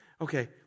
Okay